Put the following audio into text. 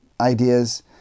ideas